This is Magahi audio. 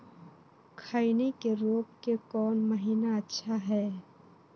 खैनी के रोप के कौन महीना अच्छा है?